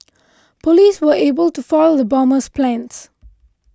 police were able to foil the bomber's plans